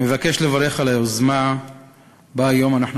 אני מבקש לברך על היוזמה שבה היום אנחנו